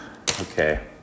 okay